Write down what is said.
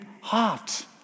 heart